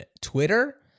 Twitter